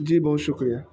جی بہت شکریہ